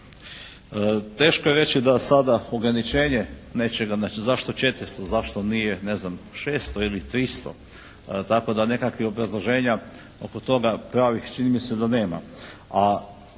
teško je reći da sada ograničenje, zašto 400? Zašto nije recimo ne znam 600 ili 300? Tako da nekakvih obrazloženja oko toga pravih, čini mi se da nema.